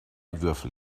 würfel